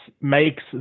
makes